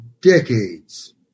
decades